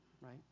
right